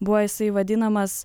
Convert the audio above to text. buvo jisai vadinamas